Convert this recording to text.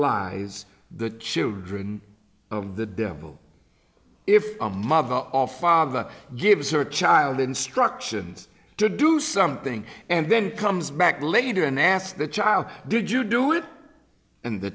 allies the children of the devil if a mother or father gives her child instructions to do something and then comes back later and ask the child did you do it and the